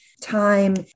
time